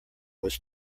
was